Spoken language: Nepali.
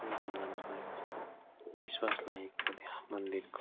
सबैभन्दा मलाई विश्वास लागेको त्यहाँ मन्दिरको